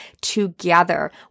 together